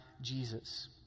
Jesus